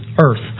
earth